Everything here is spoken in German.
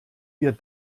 wir